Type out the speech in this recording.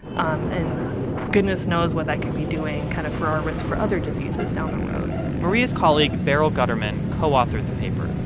um and goodness knows what that could be doing kind of for our risk for other diseases down the road maria's colleague, beryl guterman, co-authored the paper.